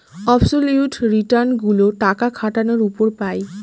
absolute return গুলো টাকা খাটানোর উপর পাই